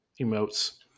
emotes